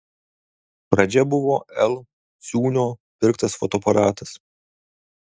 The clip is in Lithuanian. pradžia buvo l ciūnio pirktas fotoaparatas